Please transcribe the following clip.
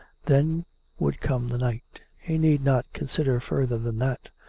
then would come the night. he need not consider further than that.